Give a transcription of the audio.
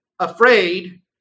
afraid